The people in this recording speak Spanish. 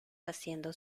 haciendo